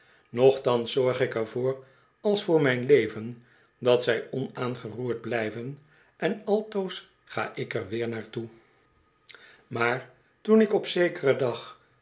nochtans zorg ik er voor als voor mijn leven dat zij onaangeroerd blijven en altoos ga ik er weer naar toe maar toen ik op zekeren dag